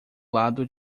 lado